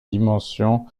dimension